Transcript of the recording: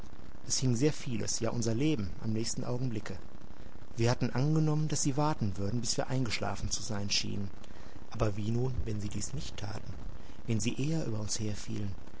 es hing sehr vieles ja unser leben am nächsten augenblicke wir hatten angenommen daß sie warten würden bis wir eingeschlafen zu sein schienen aber wie nun wenn sie dies nicht taten wenn sie eher über uns herfielen